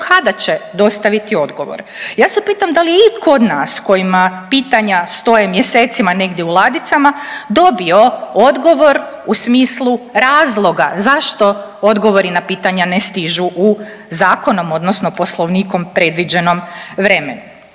kada će dostaviti odgovor. Ja se pitam da li je itko od nas kojima pitanja stoje mjesecima negdje u ladicama, dobio odgovor u smislu razloga zašto odgovori na pitanja ne stižu u zakonom, odnosno Poslovnikom predviđenom vremenu.